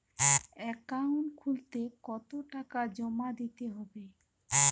Account খুলতে কতো টাকা জমা দিতে হবে?